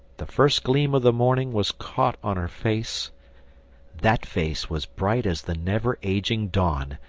the first gleam of the morning was caught on her face that face was bright as the never-aging dawn,